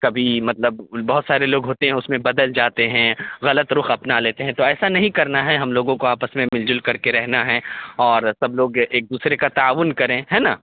کبھی مطلب بہت سارے لوگ ہوتے ہیں اس میں بدل جاتے ہیں غلط رخ اپنا لیتے ہیں تو ایسا نہیں کرنا ہے ہم لوگوں کو آپس میں مل جل کر کے رہنا ہے اور سب لوگ ایک دوسرے کا تعاون کریں ہیں نا